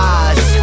eyes